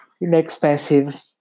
inexpensive